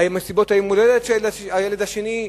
מסיבות יום ההולדת של הילד השני,